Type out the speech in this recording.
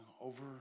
over